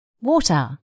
water